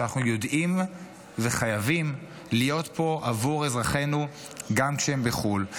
שאנחנו יודעים וחייבים להיות פה עבור אזרחינו גם כשהם בחו"ל,